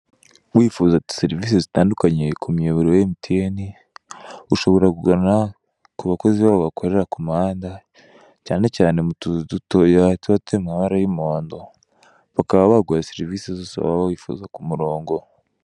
Wifuza serivise zitamdukanye ku miyoboro ya emutiyene, ushobora kugana ku bakozi babo bakorera ku muhanda, cyane cyane mu tuzu dutoya tuba turi mu mabara y'umuhondo, bakaba baguha serivise zose waba wifuza ku muringo.